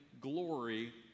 glory